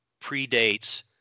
predates